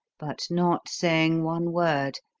but not saying one word,